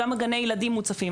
גם גני הילדים מוצפים,